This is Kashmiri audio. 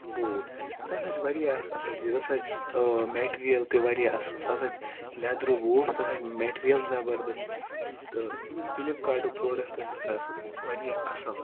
بوٗٹھ سُہ ہسا چھُ واریاہ اکھ اَصٕل چیٖز تَتھ ہسا چھِ میٹرِیل تہِ واریاہ اَصٕل سُہ ہسا چھُ لیدروٗ بوٗٹھ سُہ ہسا چھُ میٹریل زبرداست تہٕ اَمیُک فِلِپ کاٹُک پروڈَکٹ تہٕ چھُ آسان واریاہ اَصٕل